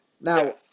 Now